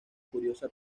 curiosa